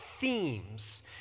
themes